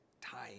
time